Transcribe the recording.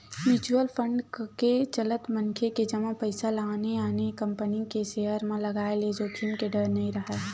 mutual fund कके चलत मनखे के जमा पइसा ल आने आने कंपनी के सेयर म लगाय ले जोखिम के डर नइ राहय